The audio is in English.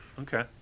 Okay